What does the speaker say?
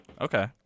Okay